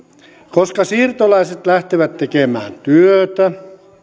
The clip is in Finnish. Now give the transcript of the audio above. koska siirtolaiset lähtevät tekemään työtä